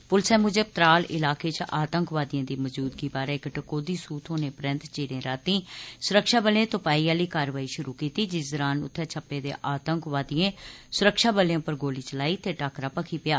पुलसै मूजब त्राल इलाके च आतंकवादिएं दी मजूदगी बारे इक टकोहदी सूह् थ्होने परैंत चिरे राती सुरक्षा बलें तुपाई आली कारवाई शुरू कीती जिस दरान उत्थें छप्पे दे आतंकवादिएं सुरक्षा बलें पर गोली चलाई ते टाकरा भखी पेआ